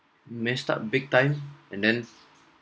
messed up big time and then